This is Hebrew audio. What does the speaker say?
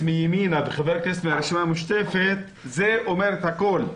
מימינה וחבר כנסת מהרשימה המשותפת זה אומר הכול.